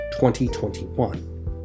2021